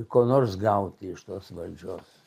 ko nors gauti iš tos valdžios